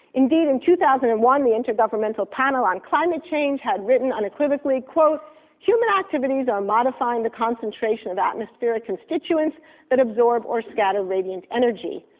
indeed, in two thousand and one the intergovernmental panel on climate change had written unequivocally, human activities are modifying the concentration of atmospheric constituents that absorb or scatter radiant energy.